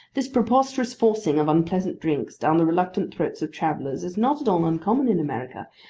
this preposterous forcing of unpleasant drinks down the reluctant throats of travellers is not at all uncommon in america,